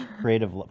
creative